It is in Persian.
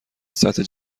سطح